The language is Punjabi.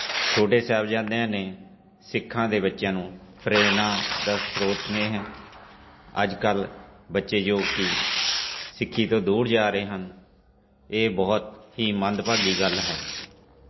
ਛੋਟੇ ਸਾਹਿਬਜ਼ਾਦਿਆਂ ਨੇ ਸਿੱਖਾਂ ਦੇ ਬੱਚਿਆਂ ਨੂੰ ਪ੍ਰੇਰਨਾ ਦਾ ਸਰੋਤ ਨੇ ਇਹ ਅੱਜ ਕੱਲ੍ਹ ਬੱਚੇ ਜੋ ਕਿ ਸਿੱਖੀ ਤੋਂ ਦੂਰ ਜਾ ਰਹੇ ਹਨ ਇਹ ਬਹੁਤ ਹੀ ਮੰਦਭਾਗੀ ਗੱਲ ਹੈ